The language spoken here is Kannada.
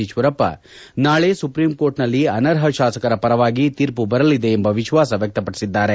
ಈಶ್ವರಪ್ಪ ನಾಳೆ ಸುಪ್ರೀಂಕೋರ್ಟ್ನಲ್ಲಿ ಅನರ್ಹ ಶಾಸಕರ ಪರವಾಗಿ ತೀರ್ಮ ಬರಲಿದೆ ಎಂಬ ವಿಶ್ವಾಸ ವ್ಯಕ್ತಪಡಿಸಿದ್ದಾರೆ